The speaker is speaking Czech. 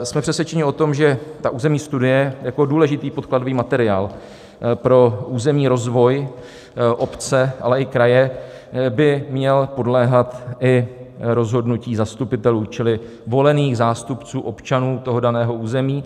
Jsme přesvědčeni o tom, že územní studie jako důležitý podkladový materiál pro územní rozvoj obce, ale i kraje by měla podléhat i rozhodnutí zastupitelů, čili volených zástupců občanů toho daného území.